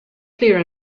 clear